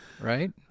Right